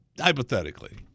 hypothetically